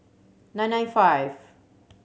nine nine five